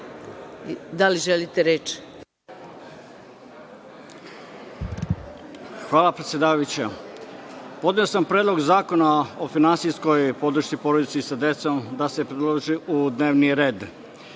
Ljubenović** Hvala, predsedavajuća. Podneo sam Predlog zakona o finansijskoj podršci porodici sa decom da se priloži u dnevni red.